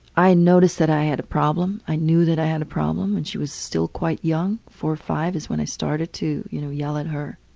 i noticed that i had a problem. i knew that i had a problem when she was still quite young, four or five is when i started to, you know, yell at her.